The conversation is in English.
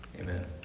Amen